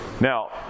Now